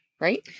Right